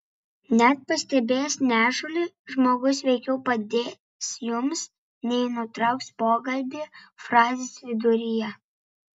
net pastebėjęs nešulį žmogus veikiau padės jums nei nutrauks pokalbį frazės viduryje